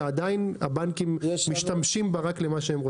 שעדיין הבנקים משתמשים בה רק למה שהם רוצים.